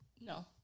No